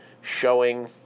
showing